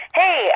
hey